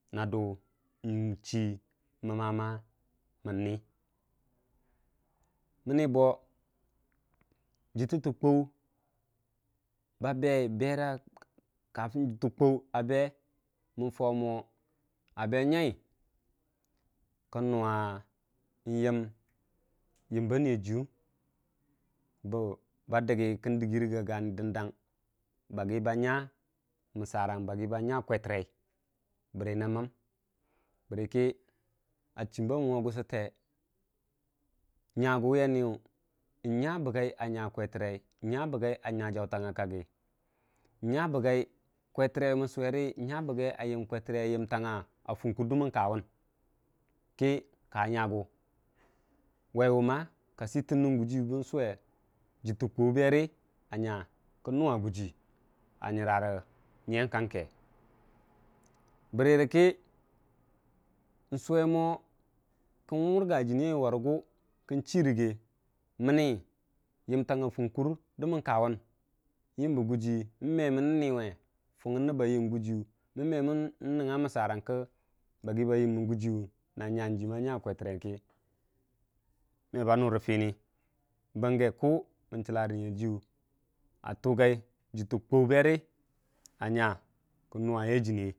nadu nchii məmmə ma mən mən nii bo gəttə kwauu ba bai berə jətta kwauu ba bai a be nya kən nuwa nyəm yəmba niya juwum bə ba dəggə kən dəggi rəga ganə dəndang baggi, ba nya məssarang baggi nya kwetterei bərə nən me? bərəkə a chum ba mum a gʊsute nyaguwu a niyu nya bəgai a nya kweterrei nya bəga a nya jautangnga tag kwetərrei mən suwrə nya bəgau a yən kwettərei a funkur də mən kawun kəi ka nyagu waiwuma ka sitən nən guii bən suwe a jittə kwauu berə a nya kən nuwa gujii nyərə nyang kanke bərəkə in ngsuwe mo kən murga jini yaiye warəgu kən chirəge mənən yəmtangnga funkurdə mən kawun nyəmbə guji mən me mənən nuwu fugunne ba yən gujii n nənga məssorang na nyang juna ba nya kwettəre me be nuu rə fəni bəngə ku mən cjilla rə niya jiyu a tuge jəttə kwauu berə a nya kən nuwayai jiniye.